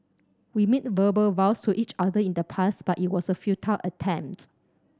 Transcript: we made verbal vows to each other in the past but it was a futile attempt